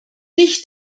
nicht